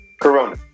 Corona